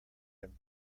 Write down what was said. him